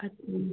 اچھا